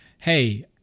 Hey